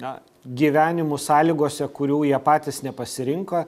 na gyvenimu sąlygose kurių jie patys nepasirinko